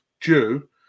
due